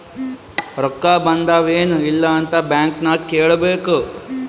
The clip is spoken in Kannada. ರೊಕ್ಕಾ ಬಂದಾವ್ ಎನ್ ಇಲ್ಲ ಅಂತ ಬ್ಯಾಂಕ್ ನಾಗ್ ಕೇಳಬೇಕ್